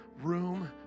room